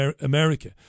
America